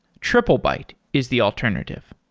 triplebyte is the alternative.